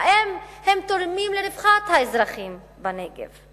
האם הן תורמות לרווחת האזרחים בנגב?